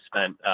spent